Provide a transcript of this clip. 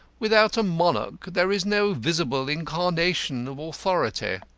without a monarch there is no visible incarnation of authority.